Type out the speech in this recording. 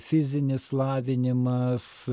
fizinis lavinimas